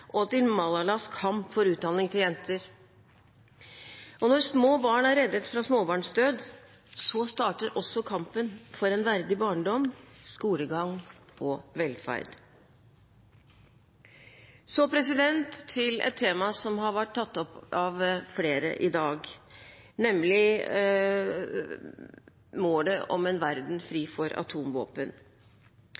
til Malalas kamp for utdanning til jenter. Når små barn er reddet fra småbarnsdød, starter også kampen for en verdig barndom, skolegang og velferd. Så til et tema som har vært tatt opp av flere i dag, nemlig målet om en verden fri